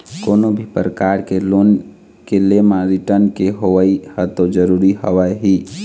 कोनो भी परकार के लोन के ले म रिर्टन के होवई ह तो जरुरी हवय ही